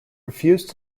refused